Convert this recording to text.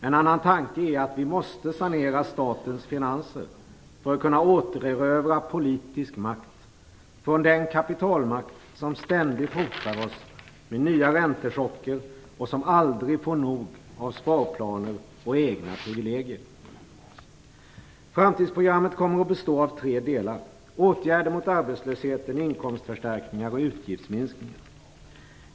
En annan tanke är att vi måste sanera statens finanser för att kunna återerövra politisk makt från den kapitalmakt som ständigt hotar oss med nya räntechocker och som aldrig får nog av sparplaner och egna privilegier. Framtidsprogrammet kommer att bestå av tre delar: åtgärder mot arbetslösheten, inkomstförstärkningar och utgiftsminskningar.